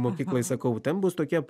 mokykloj sakau ten bus tokie